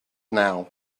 now